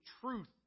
truth